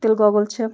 تِل گۄگُل چھِ